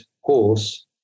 horse